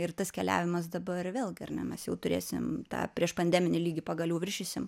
ir tas keliavimas dabar vėl gi ar ne mes jau turėsim tą priešpandeminį lygį pagaliau viršysim